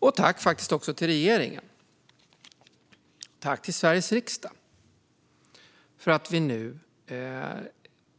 Jag vill faktiskt också rikta ett tack till regeringen. Och tack, Sveriges riksdag, för att vi nu